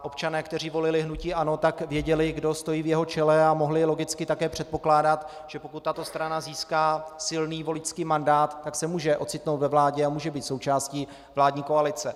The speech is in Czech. Občané, kteří volili hnutí ANO, věděli, kdo stojí v jeho čele, a mohli logicky také předpokládat, že pokud tato strana získá silný voličský mandát, tak se může ocitnout ve vládě a může být součástí vládní koalice.